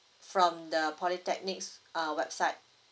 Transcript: from the polytechnic's uh website